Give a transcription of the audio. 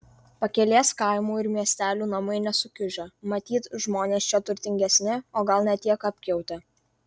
pakelės kaimų ir miestelių namai nesukiužę matyt žmonės čia turtingesni o gal ne tiek apkiautę